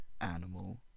animal